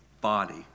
body